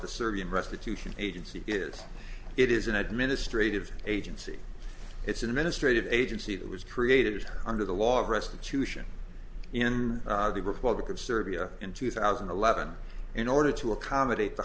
the serbian restitution agency is it is an administrative agency it's an administrative agency that was created under the law of restitution in the republic of serbia in two thousand and eleven in order to accommodate the